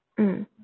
mm